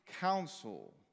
counsel